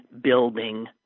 building